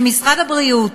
שמשרד הבריאות